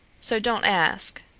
so don't ask.